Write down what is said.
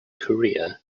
career